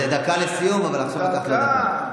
זה דקה לסיום, אבל עכשיו ניקח לו דקה.